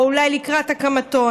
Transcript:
או אולי לקראת הקמתו,